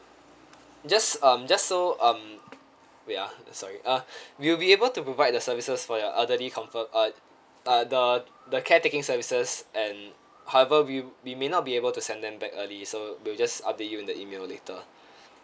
just um just so um wait ah sorry uh we'll be able to provide the services for your elderly comfort uh uh the the care taking services and however we we may not be able to send them back early so we'll just update you in the email later